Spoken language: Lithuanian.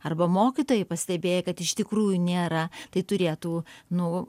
arba mokytojai pastebėję kad iš tikrųjų nėra tai turėtų nu